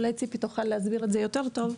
אולי ציפי תוכל להסביר את זה יותר טוב,